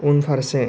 उनफारसे